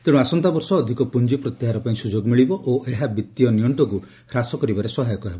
ତେଣୁ ଆସନ୍ତାବର୍ଷ ଅଧିକ ପୁଞ୍ଜି ପ୍ରତ୍ୟାହାର ପାଇଁ ସୁଯୋଗ ମିଳିବ ଓ ଏହା ବିତ୍ତୀୟ ନିଅଷ୍ଟକୁ ହ୍ରାସ କରିବାରେ ସହାୟକ ହେବ